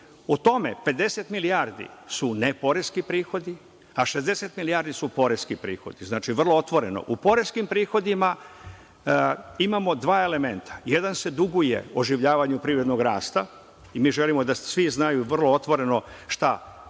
Od toga, 50 milijardi su neporeski prihodi, a 60 milijardi su poreski prihodi. Znači, vrlo otvoreno.U poreskim prihodima imamo dva elementa – jedan se duguje oživljavanju privrednog rasta, i mi želimo da svi znaju vrlo otvoreno šta